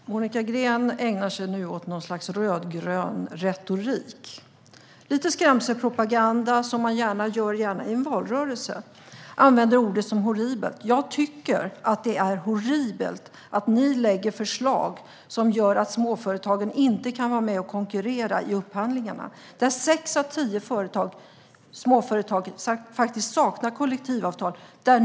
Herr talman! Monica Green ägnar sig nu åt något slags rödgrön retorik. Den innehåller lite skrämselpropaganda, som man gärna ägnar sig åt, särskilt i en valrörelse. Hon använder ordet "horribelt". Jag tycker att det är horribelt att ni lägger fram förslag som gör att småföretagen inte kan vara med och konkurrera i upphandlingarna. Sex av tio småföretag saknar kollektivavtal.